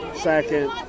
second